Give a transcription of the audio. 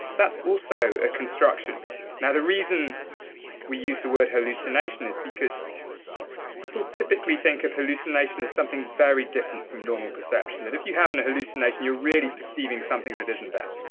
that's also a construction now, the reason we use the word hallucination is because people typically think of hallucination as something very different from normal perception, that if you're having a hallucination, you're really perceiving something that isn't that.